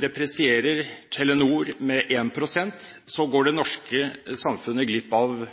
depresierer Telenor med 1 pst., går det norske samfunnet glipp av